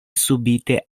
subite